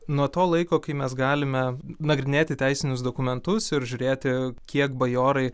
nuo to laiko kai mes galime nagrinėti teisinius dokumentus ir žiūrėti kiek bajorai